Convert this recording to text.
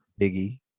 Biggie